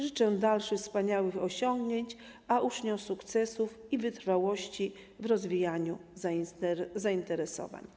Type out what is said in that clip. Życzę dalszych wspaniałych osiągnięć, a uczniom sukcesów i wytrwałości w rozwijaniu zainteresowań.